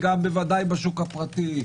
וגם בוודאי בשוק הפרטי,